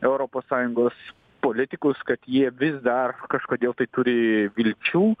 europos sąjungos politikus kad jie vis dar kažkodėl tai turi vilčių